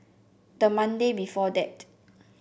the Monday before that